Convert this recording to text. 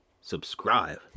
Subscribe